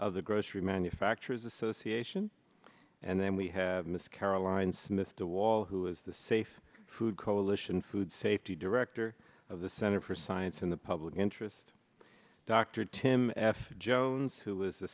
of the grocery manufacturers association and then we have miss caroline smith to wall who is the safe food coalition food safety director of the center for science in the public interest dr tim f jones who